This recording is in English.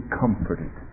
comforted